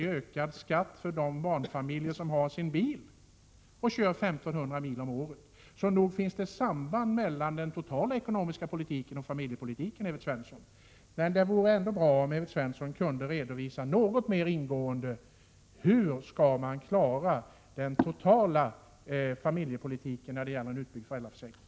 i ökad skatt för de barnfamiljer som har bil och kör 1 500 mil om året. Så nog finns det ett samband mellan den totala ekonomiska politiken och familjepolitiken, Evert Svensson! Det vore ändå bra om Evert Svensson något mer ingående kunde redovisa hur man skall klara den totala familjepolitiken när det gäller en utbyggd föräldraförsäkring.